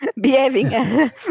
behaving